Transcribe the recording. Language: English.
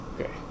Okay